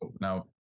Now